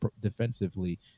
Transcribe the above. defensively